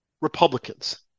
Republicans